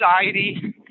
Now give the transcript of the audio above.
society